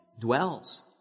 dwells